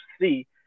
see